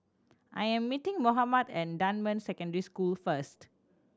I am meeting Mohammed at Dunman Secondary School first